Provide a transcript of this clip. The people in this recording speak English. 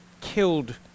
killed